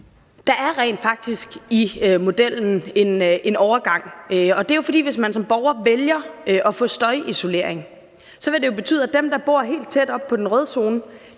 Der er rent faktisk i modellen en overgang. Det er jo sådan, at hvis man som borger vælger at få støjisolering, vil det betyde, at dem, der bor helt tæt op ad den røde zone,